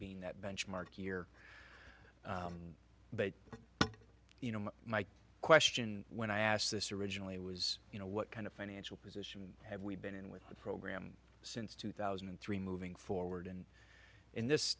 being that benchmark year but you know my question when i asked this originally was you know what kind of financial position have we been in with the program since two thousand and three moving forward and in this